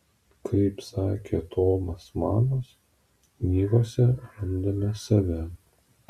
kaip sakė tomas manas knygose randame save